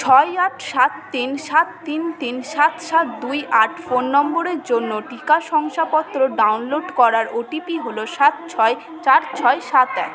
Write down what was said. ছয় আট সাত তিন সাত তিন তিন সাত সাত দুই আট ফোন নম্বরের জন্য টিকা শংসাপত্র ডাউনলোড করার ওটিপি হল সাত ছয় চার ছয় সাত এক